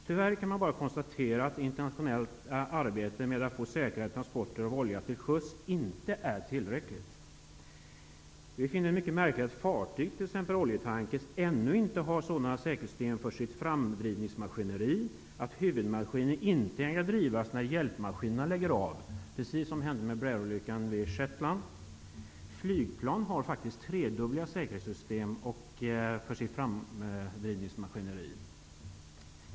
Tyvärr kan man konstatera att internationellt arbete med att få säkrare transporter av olja till sjöss inte är tillräckligt. Vi finner det mycket märkligt att fartyg, t.ex. oljetankrar, ännu inte har sådana säkerhetssystem för sitt framdrivningsmaskineri att huvudmaskinen kan drivas när hjälpmaskinerna upphör att fungera. Braer-olyckan vid Shetlandsöarna hade denna bakgrund. Flygplan har faktiskt tredubbla säkerhetssystem för sitt framdrivningsmaskineri.